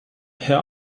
her